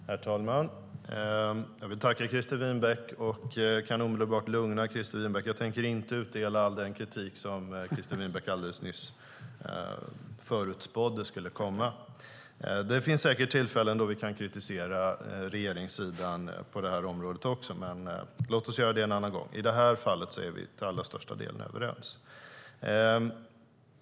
Herr talman! Jag tackar Christer Winbäck, och jag kan omedelbart lugna honom: Jag tänker inte utdela all den kritik som han alldeles nyss förutspådde skulle komma. Det finns säkert tillfällen då vi kan kritisera regeringssidan också på detta område. Men låt oss göra det en annan gång; i det här fallet är vi till den allra största delen överens.